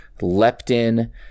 leptin